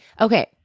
Okay